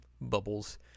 Bubbles